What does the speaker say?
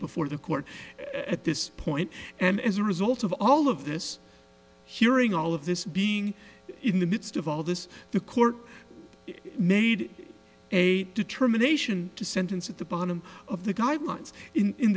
before the court at this point and as a result of all of this hearing all of this being in the midst of all this the court made a determination to sentence at the bottom of the guidelines in